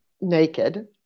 naked